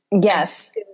yes